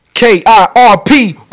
K-I-R-P